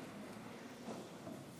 (חברי הכנסת מכבדים בקימה את זכרם של